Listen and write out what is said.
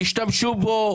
תשתמשו בו,